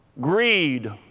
greed